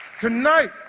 Tonight